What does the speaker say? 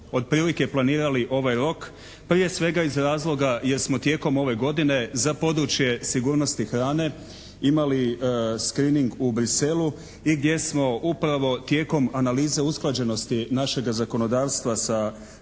otprilike planirali ovaj rok? Prije svega iz razloga jer smo tijekom ove godine za područje sigurnosti hrane imali «screening» u Bruxellu i gdje smo upravo tijekom analize usklađenosti našega zakonodavstva sa